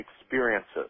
experiences